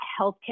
healthcare